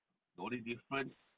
the only difference